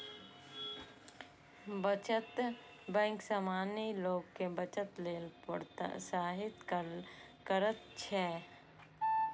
बचत बैंक सामान्य लोग कें बचत लेल प्रोत्साहित करैत छैक